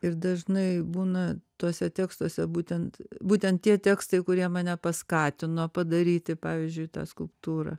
ir dažnai būna tuose tekstuose būtent būtent tie tekstai kurie mane paskatino padaryti pavyzdžiui tą skulptūrą